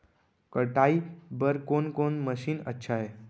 कटाई बर कोन कोन मशीन अच्छा हे?